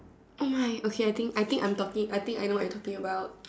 oh my okay I think I think I'm talking I think I know what you are talking about